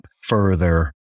further